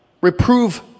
Reprove